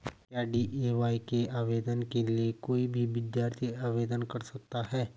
क्या डी.ए.वाय के आवेदन के लिए कोई भी विद्यार्थी आवेदन कर सकता है?